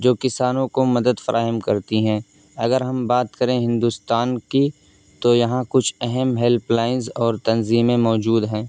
جو کسانوں کو مدد فراہم کرتی ہیں اگر ہم بات کریں ہندوستان کی تو یہاں کچھ اہم ہیلپ لائن اور تنظیمیں موجود ہیں